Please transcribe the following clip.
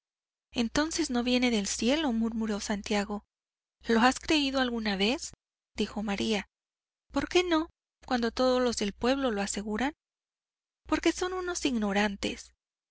entonces no viene del cielo murmuró santiago lo has creído alguna vez dijo maría porqué no cuando todos los del pueblo lo aseguran porque son unos ignorantes